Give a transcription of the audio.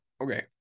okay